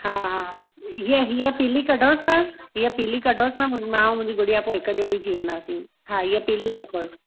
हा हा हीअ हीअ पीली कढोसि न हीअ पीली कढोसि न मां ऐं मुंहिंजी गुड़िया पोइ हिक जहिड़ी थी वेंदासीं हा हीअ पीली रखोसि